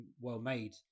well-made